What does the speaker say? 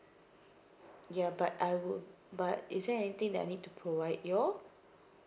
ya but I would but is there anything that I need to provide you all